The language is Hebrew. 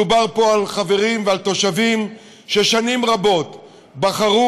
מדובר פה על חברים ועל תושבים ששנים רבות בחרו